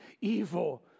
evil